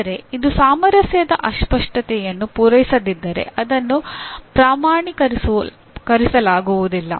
ಆದರೆ ಇದು ಸಾಮರಸ್ಯದ ಅಸ್ಪಷ್ಟತೆಯನ್ನು ಪೂರೈಸದಿದ್ದರೆ ಅದನ್ನು ಪ್ರಮಾಣೀಕರಿಸಲಾಗುವುದಿಲ್ಲ